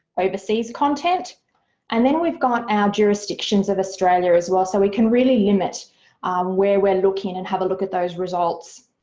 overseas content and then we've got our jurisdictions of australia as well, so we can really limit where we're looking and have a look at those results.